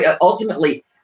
ultimately